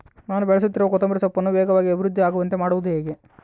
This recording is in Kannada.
ನಾನು ಬೆಳೆಸುತ್ತಿರುವ ಕೊತ್ತಂಬರಿ ಸೊಪ್ಪನ್ನು ವೇಗವಾಗಿ ಅಭಿವೃದ್ಧಿ ಆಗುವಂತೆ ಮಾಡುವುದು ಹೇಗೆ?